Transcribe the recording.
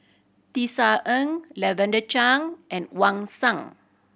Tisa Ng Lavender Chang and Wang Sha